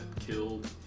killed